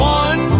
one